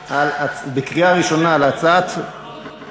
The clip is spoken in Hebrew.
להצבעה בקריאה ראשונה על הצעת חוק